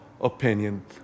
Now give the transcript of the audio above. opinion